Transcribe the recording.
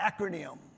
acronym